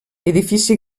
edifici